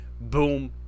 boom